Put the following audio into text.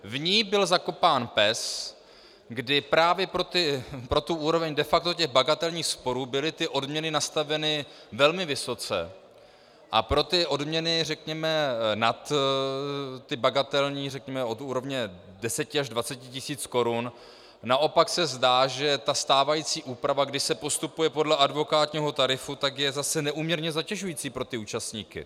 V ní byl zakopán pes, kdy právě pro tu úroveň de facto bagatelních sporů byly odměny nastaveny velmi vysoce a pro odměny řekněme nad bagatelní, řekněme od úrovně 10 až 20 tisíc korun, naopak se zdá, že stávající úprava, kdy se postupuje podle advokátního tarifu, tak je zase neúměrně zatěžující pro účastníky.